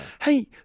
Hey